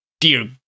dear